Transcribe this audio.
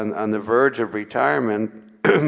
and on the verge of retirement,